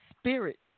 spirit